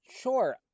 Sure